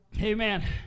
Amen